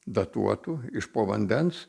datuotų iš po vandens